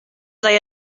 they